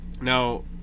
now